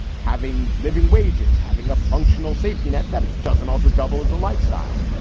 having living wages. having a functional safety net that doesn't also double as a lifestyle.